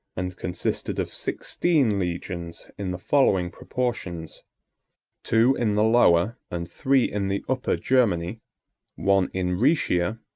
and consisted of sixteen legions, in the following proportions two in the lower, and three in the upper germany one in rhaetia,